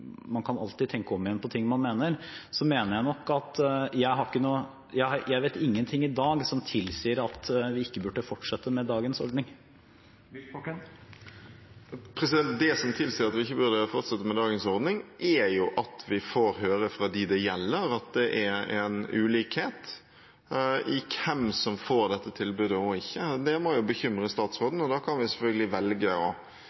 ingenting i dag som tilsier at vi ikke burde fortsette med dagens ordning. Det som tilsier at vi ikke burde fortsette med dagens ordning, er at vi får høre fra dem det gjelder, at det er en ulikhet i hvem som får dette tilbudet, og ikke. Det må jo bekymre statsråden. Da kan man selvfølgelig velge å